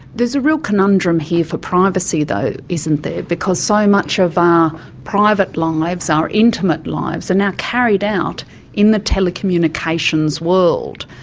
there's a real conundrum here for privacy, though, isn't there, because so much of our private lives, our intimate lives, are now carried out in the telecommunications world.